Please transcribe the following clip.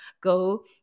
go